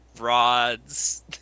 rods